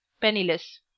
penniless